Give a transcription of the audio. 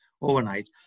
overnight